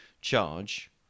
charge